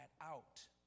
out